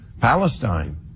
Palestine